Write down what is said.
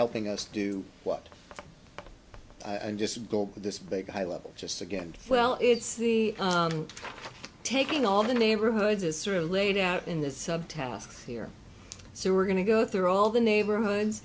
helping us do what i just go with this big high level just again well it's the taking all the neighborhoods is sort of laid out in the subtasks here so we're going to go through all the neighborhoods